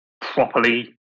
properly